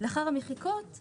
בחלקים א',